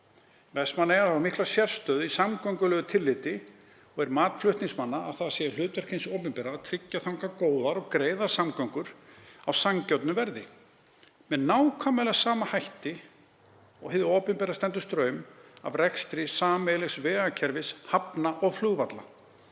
Vestmannaeyjar hafa mikla sérstöðu í samgöngulegu tilliti og er mat flutningsmanna að það sé hlutverk hins opinbera að tryggja þangað góðar og greiðar samgöngur á sanngjörnu verði, með nákvæmlega sama hætti og hið opinbera stendur straum af rekstri sameiginlegs vegakerfis, hafna og flugvalla.